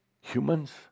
humans